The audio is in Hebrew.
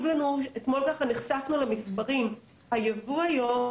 אתמול נחשפנו למספרים בנוגע לייבוא,